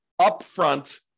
upfront